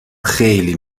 خیلی